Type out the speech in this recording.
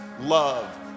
love